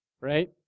right